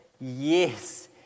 yes